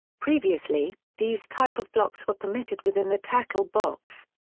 previously, these type of blocks were permitted within the tackle box.